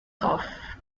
cuff